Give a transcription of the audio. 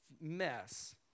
mess